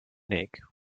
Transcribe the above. nick